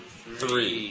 three